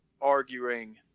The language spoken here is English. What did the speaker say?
arguing